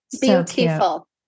beautiful